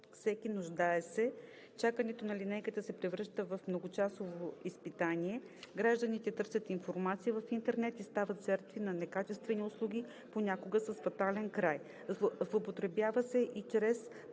всеки нуждаещ се, чакането на линейка се превръща в многочасово изпитание, гражданите търсят информация в интернет и стават жертви на некачествени услуги, понякога с фатален край. Подобни линейки